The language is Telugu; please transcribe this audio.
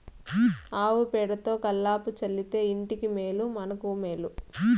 ఆవు పేడతో కళ్లాపి చల్లితే ఇంటికి మేలు మనకు మేలు